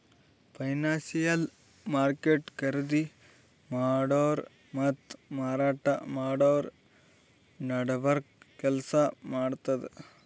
financial market ಖರೀದಿ ಮಾಡೋರ್ ಮತ್ತ್ ಮಾರಾಟ್ ಮಾಡೋರ್ ನಡಬರ್ಕ್ ಕೆಲ್ಸ್ ಮಾಡ್ತದ್